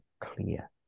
clear